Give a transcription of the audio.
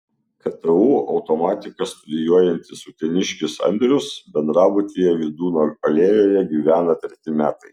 ktu automatiką studijuojantis uteniškis andrius bendrabutyje vydūno alėjoje gyvena treti metai